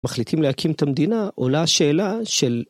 מחליטים להקים את המדינה, עולה שאלה של...